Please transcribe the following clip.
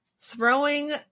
throwing